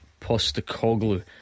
Postacoglu